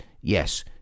yes